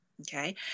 Okay